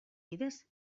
bidez